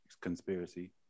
conspiracy